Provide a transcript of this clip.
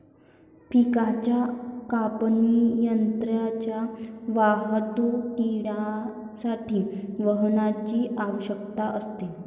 पिकाच्या कापणीनंतरच्या वाहतुकीसाठी वाहनाची आवश्यकता असते